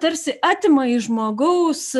tarsi atima iš žmogaus